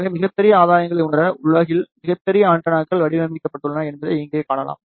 எனவே மிகப் பெரிய ஆதாயங்களை உணர உலகில் மிகப் பெரிய ஆண்டெனாக்கள் வடிவமைக்கப்பட்டுள்ளன என்பதை இங்கே காணலாம்